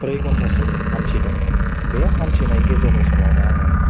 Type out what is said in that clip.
ब्रै घन्टासिम हान्थिदों बे हान्थिनायनि गेजेरनि समावनो आङो